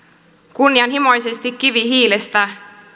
kunnianhimoisesti kivihiilestä